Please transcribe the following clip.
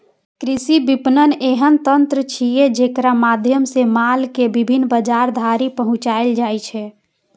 कृषि विपणन एहन तंत्र छियै, जेकरा माध्यम सं माल कें विभिन्न बाजार धरि पहुंचाएल जाइ छै